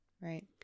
Right